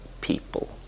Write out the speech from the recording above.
people